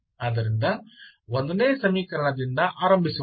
ಆದ್ದರಿಂದ 1 ನೇ ಸಮೀಕರಣದಿಂದ ಆರಂಭಿಸೋಣ